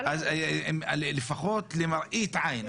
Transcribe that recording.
לפחות למראית עין.